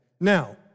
Now